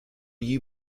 you